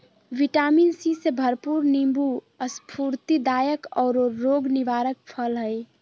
vitamin C से भरपूर नीबू स्फूर्तिदायक औरो रोग निवारक फल हइ